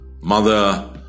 mother